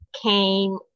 came